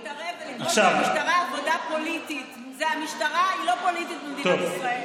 המשטרה, אתה שקרן,